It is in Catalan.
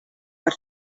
per